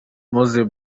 moses